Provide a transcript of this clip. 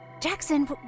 Jackson